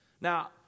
Now